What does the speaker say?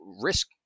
risk